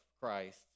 Christ